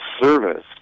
service